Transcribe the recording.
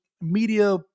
media-